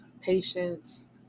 Patience